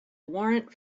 warrant